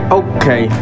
okay